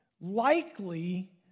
likely